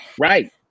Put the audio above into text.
right